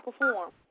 perform